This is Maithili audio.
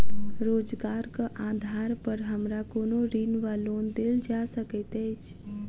रोजगारक आधार पर हमरा कोनो ऋण वा लोन देल जा सकैत अछि?